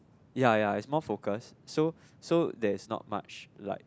ya ya it's more focus so so there's not much like